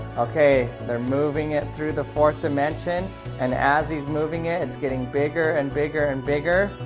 okay, they're moving it through the fourth dimension and as he's moving it it's getting bigger and bigger and bigger